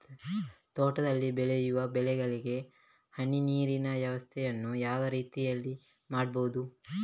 ತೋಟದಲ್ಲಿ ಬೆಳೆಯುವ ಬೆಳೆಗಳಿಗೆ ಹನಿ ನೀರಿನ ವ್ಯವಸ್ಥೆಯನ್ನು ಯಾವ ರೀತಿಯಲ್ಲಿ ಮಾಡ್ಬಹುದು?